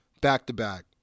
Back-to-back